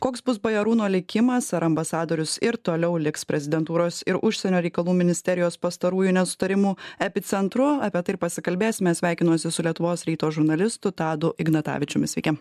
koks bus bajarūno likimas ar ambasadorius ir toliau liks prezidentūros ir užsienio reikalų ministerijos pastarųjų nesutarimų epicentru apie tai ir pasikalbėsime sveikinuosi su lietuvos ryto žurnalistu tadu ignatavičiumi sveiki